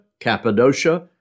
Cappadocia